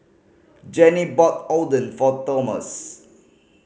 Jannie bought Oden for Tomas